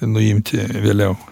nuimti vėliau